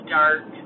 dark